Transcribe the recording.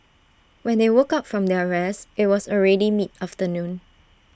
when they woke up from their rest IT was already mid afternoon